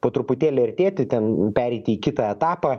po truputėlį artėti ten pereiti į kitą etapą